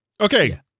Okay